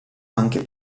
anche